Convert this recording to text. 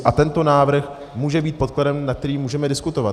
A tento návrh může být podkladem, nad kterým můžeme diskutovat.